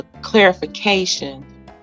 clarification